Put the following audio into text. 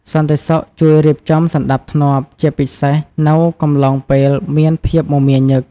សន្តិសុខជួយរៀបចំសណ្តាប់ធ្នាប់ ជាពិសេសនៅកំឡុងពេលមានភាពមមាញឹក។